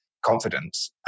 Confidence